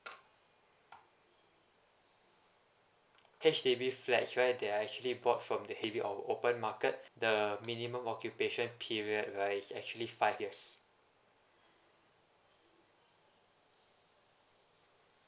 H_D_B flats right they are actually bought from the H_D_B or open market the minimum occupation period right is actually five years